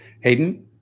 Hayden